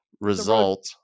result